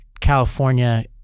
California